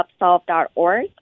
Upsolve.org